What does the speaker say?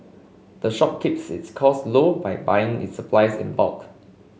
the shop keeps its costs low by buying its supplies in bulk